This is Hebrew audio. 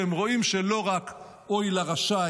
שהם רואים שלא רק "אוי לרשע",